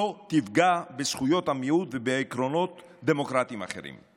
תפגע בזכויות המיעוט ובעקרונות דמוקרטיים אחרים.